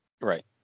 Right